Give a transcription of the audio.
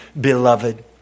beloved